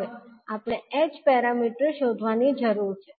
હવે આપણે h parameters શોધવાની જરૂર છે